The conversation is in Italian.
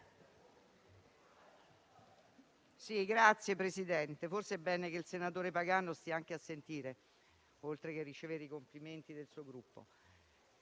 Signor Presidente, forse è bene che il senatore Pagano stia anche a sentire, oltre che ricevere i complimenti del suo Gruppo.